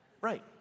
Right